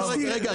למה?